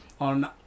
on